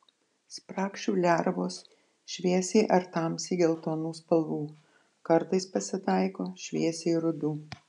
spragšių lervos šviesiai ar tamsiai geltonų spalvų kartais pasitaiko šviesiai rudų